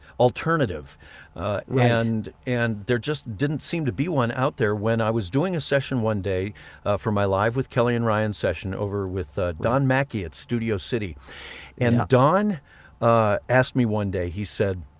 alternative and and there just didn't seem to be one out there when i was doing a session one day for my live with kelly and ryan's session over with ah don mackey at studio city and don asked me one day he said